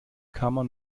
kammer